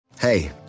Hey